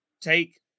take